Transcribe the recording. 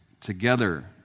together